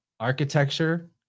architecture